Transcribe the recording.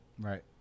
Right